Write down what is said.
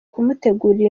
kumutegurira